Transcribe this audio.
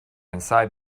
inside